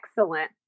Excellent